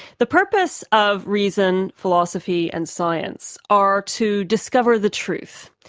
the purpose of reason, philosophy and science, are to discover the truth.